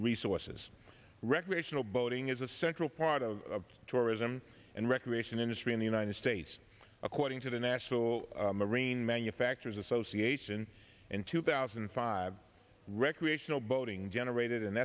resources recreational boating is a central part of the tourism and recreation industry in the united states according to the national marine manufactures association in two thousand and five recreational boating generated an